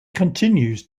continues